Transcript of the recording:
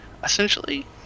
Essentially